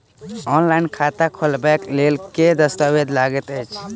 Online खाता खोलबय लेल केँ दस्तावेज लागति अछि?